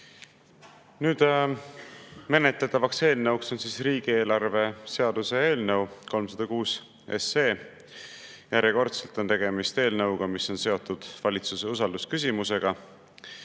menetletav eelnõu on riigieelarve seaduse eelnõu 306. Järjekordselt on tegemist eelnõuga, mis on seotud valitsuse usaldusküsimusega,